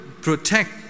protect